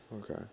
Okay